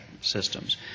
systems